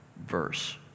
verse